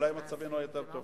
אולי היה מצבנו יותר טוב.